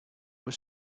was